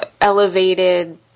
elevated